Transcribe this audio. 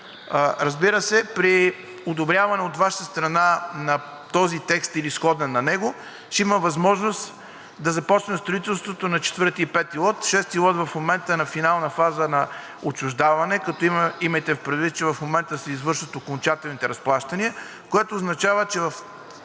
Разбира се, при одобряване от Ваша страна на този текст или сходен на него ще има възможност да започне строителството на лот 4 и лот 5. Лот 6 в момента е на финална фаза на отчуждаване, като имайте предвид, че в момента се извършват окончателните разплащания, което означава, че в